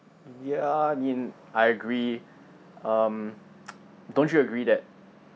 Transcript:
ya I mean I agree um don't you agree that